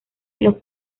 los